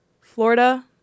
Florida